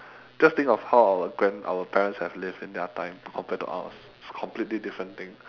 just think of how our grand~ our parents have lived in their time compared to ours it's completely different thing